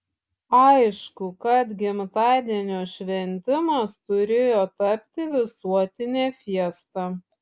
aišku kad gimtadienio šventimas turėjo tapti visuotine fiesta